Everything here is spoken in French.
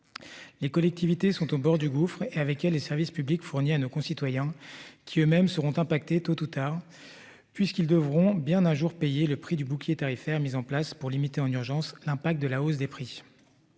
Les collectivités sont au bord du gouffre et avec elle les services publics Fournier à nos concitoyens qui eux-mêmes seront impactés Tôt ou tard. Puisqu'ils devront bien un jour payer le prix du bouclier tarifaire mises en place pour limiter en urgence l'impact de la hausse des prix.